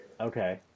Okay